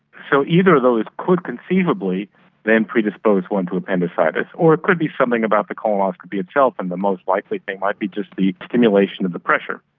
so either of those could conceivably then predispose one to appendicitis, or it could be something about the colonoscopy itself and the most likely thing might be just the stimulation of the pressure,